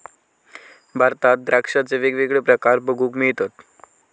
भारतात द्राक्षांचे वेगवेगळे प्रकार बघूक मिळतत